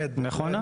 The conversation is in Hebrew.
נכונה.